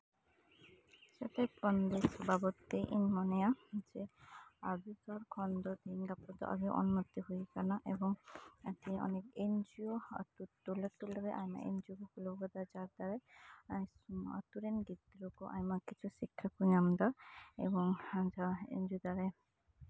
ᱥᱟᱛᱮ ᱯᱟᱱᱰᱚᱵ ᱥᱚᱵᱷᱟᱯᱚᱛᱤ ᱤᱧ ᱢᱚᱱᱮᱭᱟ ᱡᱮ ᱟᱜᱮ ᱠᱟᱨ ᱠᱷᱚᱱᱰᱚ ᱛᱮᱦᱮᱧᱼᱜᱟᱯᱟ ᱫᱚ ᱟᱹᱰᱤ ᱩᱱᱱᱚᱛᱤ ᱦᱩᱭᱟᱠᱟᱱᱟ ᱮᱵᱚᱝ ᱟᱜᱮ ᱟᱭᱢᱟ ᱮᱱ ᱡᱤᱭᱳ ᱟᱛᱳ ᱴᱚᱞᱟ ᱨᱮ ᱴᱚᱞᱟᱼᱴᱚᱞᱟ ᱮᱱ ᱡᱤᱭᱳ ᱠᱚ ᱠᱷᱩᱞᱟᱹᱣ ᱠᱟᱫᱟ ᱛᱟᱨᱯᱚᱨᱮ ᱟᱛᱳ ᱨᱮᱱ ᱜᱤᱫᱽᱨᱟᱹ ᱠᱚ ᱟᱭᱢᱟ ᱠᱤᱪᱷᱩ ᱥᱤᱠᱠᱷᱟ ᱠᱚ ᱧᱟᱢ ᱫᱟ ᱮᱵᱚᱝ ᱡᱟᱦᱟᱸ ᱮᱱ ᱡᱤᱭᱳ ᱫᱟᱨᱟᱭ